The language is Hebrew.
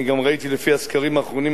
אני גם ראיתי לפי הסקרים האחרונים,